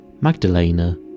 Magdalena